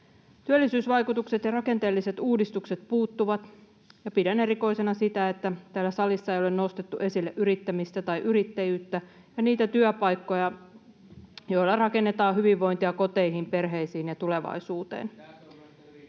Työllisyysvaikutukset ja rakenteelliset uudistukset puuttuvat, ja pidän erikoisena sitä, että täällä salissa ei ole nostettu esille yrittämistä tai yrittäjyyttä ja niitä työpaikkoja, [Krista Mikkonen: Juuri nostettiin!] joilla rakennetaan hyvinvointia koteihin, perheisiin ja tulevaisuuteen.